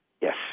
yes